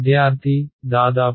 విద్యార్థి దాదాపు